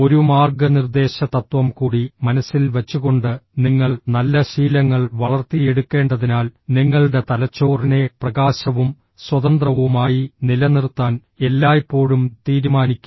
ഒരു മാർഗ്ഗനിർദ്ദേശ തത്വം കൂടി മനസ്സിൽ വച്ചുകൊണ്ട് നിങ്ങൾ നല്ല ശീലങ്ങൾ വളർത്തിയെടുക്കേണ്ടതിനാൽ നിങ്ങളുടെ തലച്ചോറിനെ പ്രകാശവും സ്വതന്ത്രവുമായി നിലനിർത്താൻ എല്ലായ്പ്പോഴും തീരുമാനിക്കുക